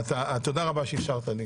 תודה רבה שאפשרת לי